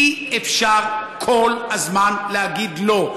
אי-אפשר כל הזמן להגיד לא,